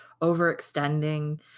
overextending